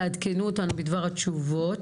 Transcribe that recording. תעדכנו אותנו בדבר התשובות.